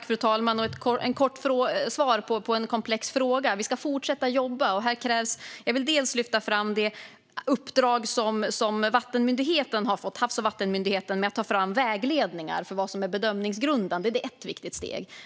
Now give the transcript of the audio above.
Fru talman! Ett kort svar på en komplex fråga: Vi ska fortsätta jobba. Jag vill dels lyfta fram det uppdrag som Havs och vattenmyndigheten har fått om att ta fram vägledningar för vad som är bedömningsgrundande. Det är ett viktigt steg.